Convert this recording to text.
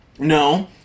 No